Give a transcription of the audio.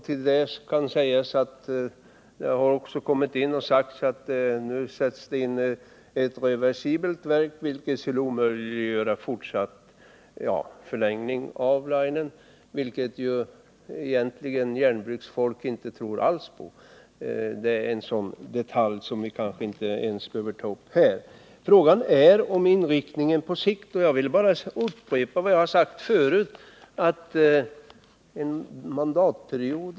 Till det kan sägas att man också hört uttalanden om att det nu skall sättas in ett reversibelt verk, vilket skulle omöjliggöra fortsatt förlängning av linen, och det är något som järnbruksfolk inte alls tror på — men det är kanske en sådan detalj i det hela att vi inte behöver ta upp den här. Frågan är vilken inriktning som skall gälla på sikt. Jag vill i det sammanhanget bara upprepa vad jag sagt tidigare: Vi får förlita oss till vad som kan ske under nästa treåriga mandatperiod.